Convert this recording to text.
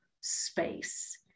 space